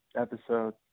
episode